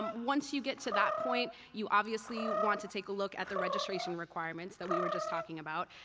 once you get to that point, you obviously want to take a look at the registration requirements that we were just talking about.